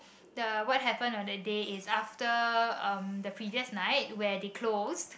the what happened on that day is after um the previous night where they closed